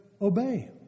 obey